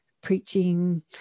preaching